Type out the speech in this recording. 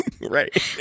Right